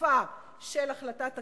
ועקיפה של החלטת הכנסת,